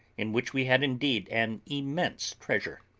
in which we had indeed an immense treasure.